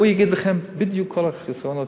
הוא יגיד לכם בדיוק את כל החסרונות,